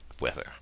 weather